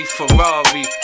Ferrari